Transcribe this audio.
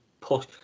push